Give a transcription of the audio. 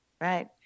right